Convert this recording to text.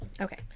okay